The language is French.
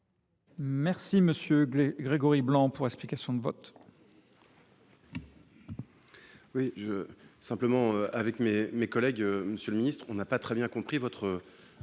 est à M. Grégory Blanc, pour explication de vote.